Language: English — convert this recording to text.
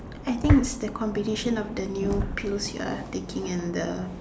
I think it's the combination of the new pills you're taking and the